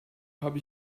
habe